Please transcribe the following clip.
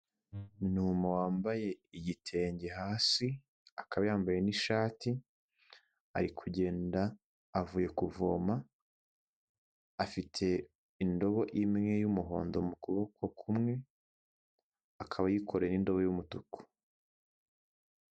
Umuntu wambaye igitenge hasi akaba yambaye n'ishati ari kugenda avuye kuvoma afite indobo imwe y'umuhondo mu kuboko kumwe akaba yikore n'indobo y'umutuku.